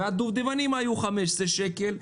והדובדבנים היו 15 שקל,